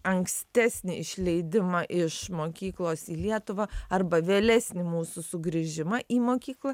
ankstesnį išleidimą iš mokyklos į lietuvą arba vėlesnį mūsų sugrįžimą į mokyklą